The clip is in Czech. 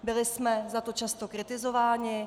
Byli jsme za to často kritizováni.